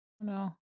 No